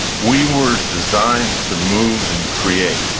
we were designed to move and create.